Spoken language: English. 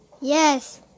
Yes